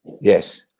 Yes